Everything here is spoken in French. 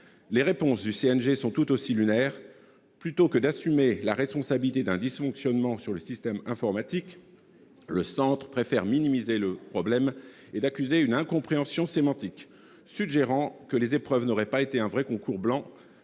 de gestion sont tout aussi lunaires. Plutôt que d'assumer la responsabilité d'un dysfonctionnement du système informatique, le centre préfère minimiser le problème et invoque une « incompréhension sémantique », suggérant que les épreuves auraient été non pas un véritable concours blanc,